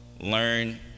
learn